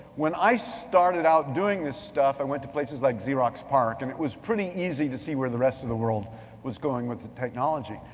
when i started out doing this stuff, i went to places like xerox park, and it was pretty easy to see where the rest of the world was going with the technology.